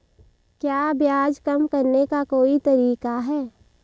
क्या ब्याज कम करने का कोई तरीका है?